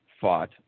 fought